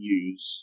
use